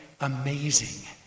Amazing